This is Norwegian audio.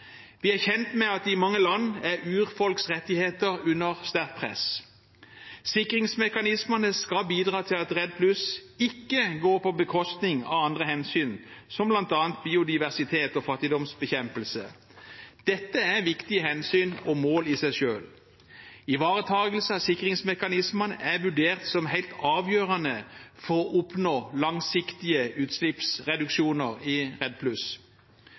Vi er kjent med at i mange land er urfolks rettigheter under sterkt press. Sikringsmekanismene skal bidra til at Redd+ ikke går på bekostning av andre hensyn, som bl.a. biodiversitet og fattigdomsbekjempelse. Dette er viktige hensyn og mål i selv. Ivaretagelse av sikringsmekanismene er vurdert som helt avgjørende for å oppnå langsiktige utslippsreduksjoner i Redd+.